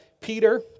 Peter